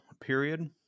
period